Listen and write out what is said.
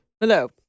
Hello